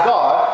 God